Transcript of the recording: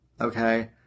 Okay